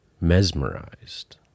mesmerized